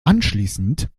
anschließend